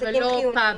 אבל לא פאבים.